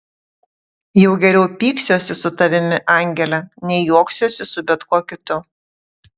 jau geriau pyksiuosi su tavimi angele nei juoksiuosi su bet kuo kitu